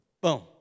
Boom